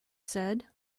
said